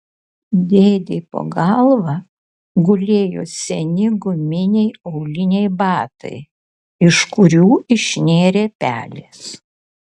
dėdei po galva gulėjo seni guminiai auliniai batai iš kurių išnėrė pelės